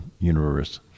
universe